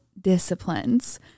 disciplines